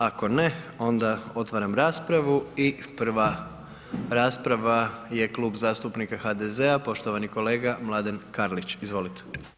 Ako ne, onda otvaram raspravu i prva rasprava je Klub zastupnika HDZ-a poštovani kolega Mladen Karlić, izvolite.